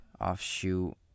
offshoot